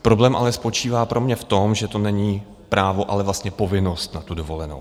Problém spočívá pro mě v tom, že to není právo, ale vlastně povinnost na tu dovolenou.